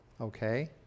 Okay